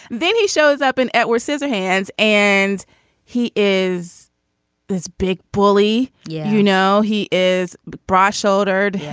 then he shows up in edward scissorhands and he is this big bully. yeah you know, he is broad shouldered,